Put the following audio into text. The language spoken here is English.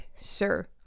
Sir